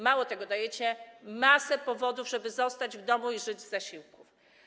Mało tego, dajecie masę powodów, żeby zostać w domu i żyć z zasiłków.